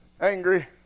Angry